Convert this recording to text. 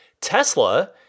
Tesla